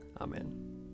Amen